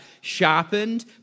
sharpened